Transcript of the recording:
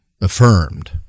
affirmed